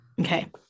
Okay